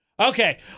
Okay